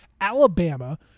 Alabama